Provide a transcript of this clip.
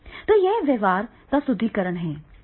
तो यह व्यवहार का सुदृढीकरण है